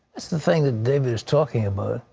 that's the thing that david is talking about.